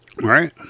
Right